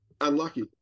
unlucky